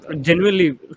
Genuinely